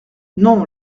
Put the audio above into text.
non